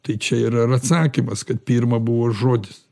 tai čia yra ir atsakymas kad pirma buvo žodis